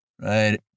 right